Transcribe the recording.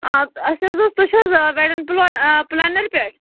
آ اَسہِ حظ اوس تُہۍ چھِو حظ وٮ۪ڈِن پٕلینر پٮ۪ٹھ